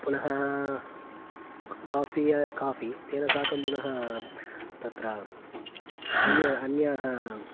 पुनः क काफ़ि काफ़ि तेन साकं पुनः तत्र अन्य अन्याः